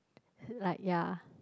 like ya